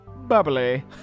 bubbly